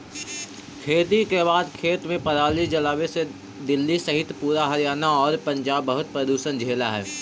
खेती के बाद खेत में पराली जलावे से दिल्ली सहित पूरा हरियाणा आउ पंजाब बहुत प्रदूषण झेलऽ हइ